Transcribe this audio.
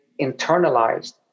internalized